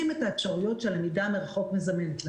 את האפשרויות שהלמידה מרחוק מזמנת לנו,